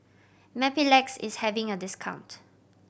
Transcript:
Mepilex is having a discount